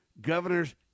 governor's